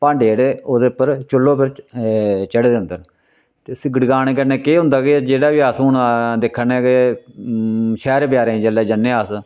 भांडे जेह्ड़े ओह्दे उप्पर चुल्ले उप्पर चढ़े दे होंदे न ते उसी गड़काने कन्नै केह् होंदा के जेह्ड़ा बी अस हून दिक्खै ने के शैह्रें बजारें च जेल्लै जन्ने आं अस